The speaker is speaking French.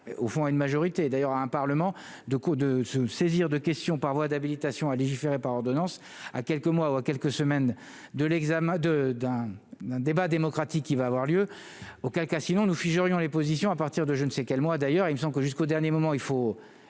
au fond à une majorité d'ailleurs à un parlement de coups de se saisir de questions par voie d'habilitation à légiférer par ordonnances, à quelques mois, quelques semaines de l'examen de d'un débat démocratique qui va avoir lieu, auquel cas, sinon nous fiche Orient les positions à partir de je ne sais quel moi d'ailleurs, et nous savons que jusqu'au dernier moment il faut